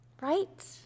Right